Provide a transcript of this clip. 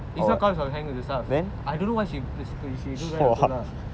it's not because hang the stuff I don't know why she what why she do that also lah